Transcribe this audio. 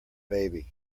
baby